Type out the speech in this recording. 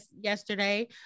yesterday